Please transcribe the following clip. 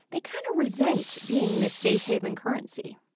they kind of resent being this safe haven currency.